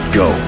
go